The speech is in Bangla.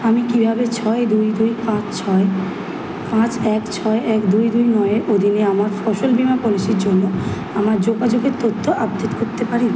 আমি কীভাবে ছয় দুই দুই পাঁচ ছয় পাঁচ এক ছয় এক দুই দুই নয়ের অধীনে আমার ফসল বিমা পলিসির জন্য আমার যোগাযোগের তথ্য আপডেট করতে পারি